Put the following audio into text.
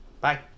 Bye